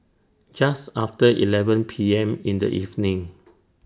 Just after eleven P M in The evening